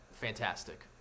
fantastic